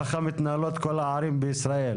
ככה מתנהלות כל הערים בישראל.